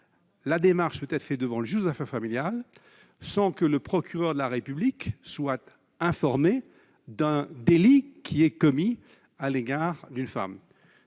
la démarche peut être faite devant le juge aux affaires familiales sans que le procureur de la République soit informé d'un délit qui est commis à l'égard d'une femme.